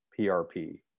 PRP